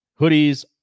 hoodies